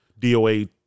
DOA